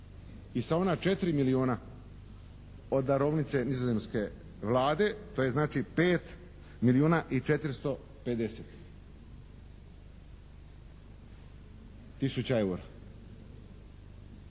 i sa ona četiri milijuna od darovnice nizozemske Vlade to je znači pet milijuna i četiristo